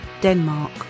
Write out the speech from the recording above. Denmark